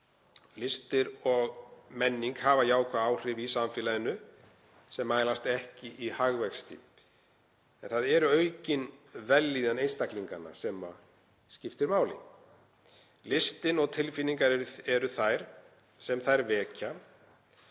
Listir og menning hafa jákvæð áhrif í samfélaginu sem mælast ekki í hagvexti. Það er aukin vellíðan einstaklinganna sem skiptir máli. Listir og tilfinningar sem þær vekja